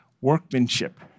workmanship